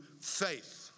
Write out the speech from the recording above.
faith